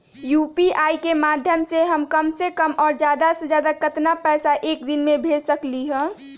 UPI के माध्यम से हम कम से कम और ज्यादा से ज्यादा केतना पैसा एक दिन में भेज सकलियै ह?